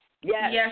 Yes